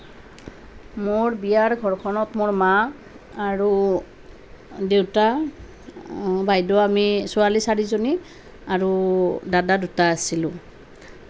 মোৰ বিয়াৰ ঘৰখনত মোৰ মা আৰু দেউতা বাইদেউ আমি ছোৱালী চাৰিজনী আৰু দাদা দুটা আছিলোঁ